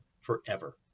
forever